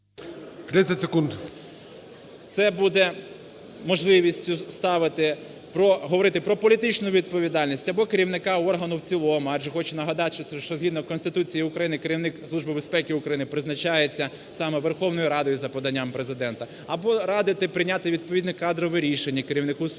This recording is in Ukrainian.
Це буде можливістю ставити про… говорити про політичну відповідальність або керівника органу в цілому. Адже хочу нагадати, що згідно Конституції України керівник Служби безпеки України призначається саме Верховною Радою за поданням Президента, або радити прийняти відповідне кадрове рішення керівнику служби